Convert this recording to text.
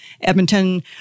Edmonton